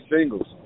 singles